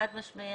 חד משמעי.